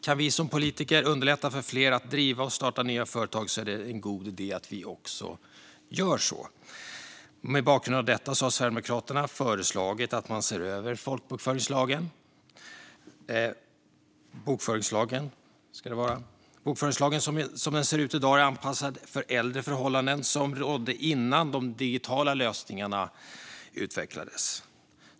Kan vi som politiker underlätta för fler att driva och starta nya företag är det en god idé att vi också gör så. Mot bakgrund av detta har Sverigedemokraterna föreslagit att bokföringslagen ska ses över. Som bokföringslagen ser ut i dag är den anpassad för äldre förhållanden som rådde innan de digitala lösningarna utvecklades.